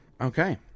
Okay